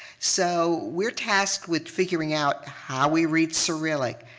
so, we're tasked with figuring out how we read cyrillic,